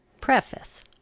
Preface